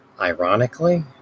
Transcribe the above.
Ironically